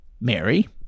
Mary